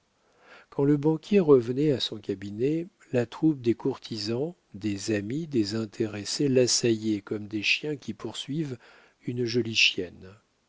quand le banquier revenait à son cabinet la troupe des courtisans des amis des intéressés l'assaillait comme des chiens qui poursuivent une jolie chienne